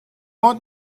ond